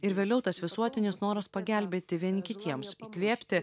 ir vėliau tas visuotinis noras pagelbėti vieni kitiems įkvėpti